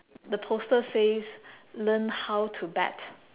the poster says learn how to bet